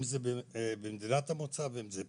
אם זה במדינת המוצא ואם זה פה.